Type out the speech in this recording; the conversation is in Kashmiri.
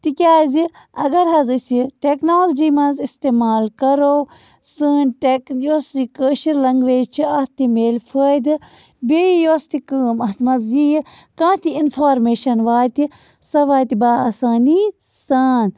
تِکیٛازِ اگر حظ أسۍ یہِ ٹٮ۪کنالجی منٛز اِستعمال کَرو سٲنۍ ٹٮ۪ک یۄس یہِ کٲشِر لنٛگویج چھِ اَتھ تہِ میلہِ فٲیدٕ بیٚیہِ یۄس تہِ کٲم اَتھ مںٛز یِیہِ کانٛہہ تہِ اِنفارمیشَن واتہِ سۄ واتہِ بَہ آسٲنی سان